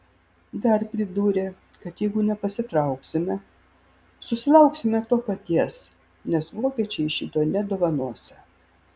dar pridūrė kad jeigu nepasitrauksime susilauksime to paties nes vokiečiai šito nedovanosią